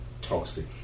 toxic